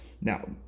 Now